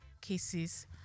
cases